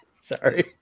Sorry